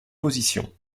position